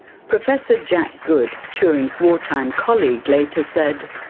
professor jack good, turing's wartime colleague, later said,